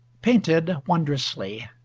painted wondrously.